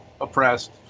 oppressed